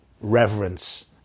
reverence